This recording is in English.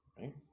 right